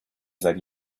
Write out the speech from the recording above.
seit